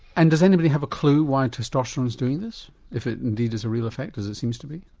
and does anybody have a clue why testosterone is doing this if it indeed is a real effect as it seems to be?